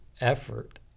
effort